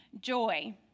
Joy